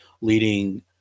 leading